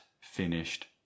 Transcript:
finished